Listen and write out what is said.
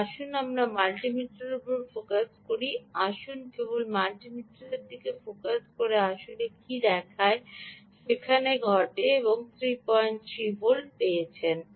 এবং আসুন আমরা মাল্টি মিটারের উপর ফোকাস করি আসুন কেবলমাত্র মাল্টি মিটারের দিকে ফোকাস করি এবং আসলে কী দেখায় সেখানে ঘটে আপনি ঠিক 33 পেয়েছেন